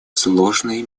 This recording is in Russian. сложной